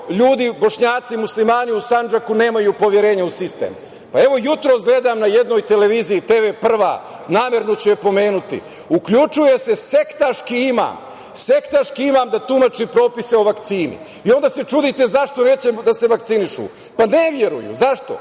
ljudi Bošnjaci, Muslimani u Sandžaku nemaju poverenja u sistem? Evo, jutros gledam na jednoj televiziji, „Prva“, namerno ću je pomenuti, uključuje se sektaški imam da tumači propise o vakcini. I onda se čudite zašto neće da se vakcinišu. Pa ne veruju. Zašto?